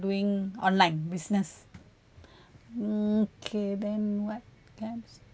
doing online business okay then what apps